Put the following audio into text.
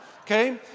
Okay